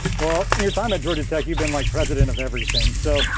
well, your time at georgia tech, you've been like president of everything so